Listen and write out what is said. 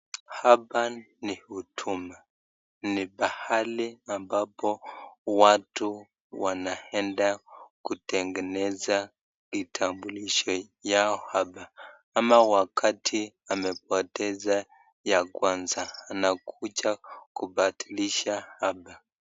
Hapa ni huduma ni pahali ambapo watu wanaenda kutengeneza kitambulisho yao hapa ama wakati amepoteza ya kwanza anakuja kupadilisha hapa.